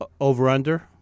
Over-under